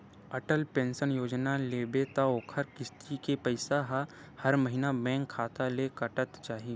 Atal pension योजना लेबे त ओखर किस्ती के पइसा ह हर महिना बेंक खाता ले कटत जाही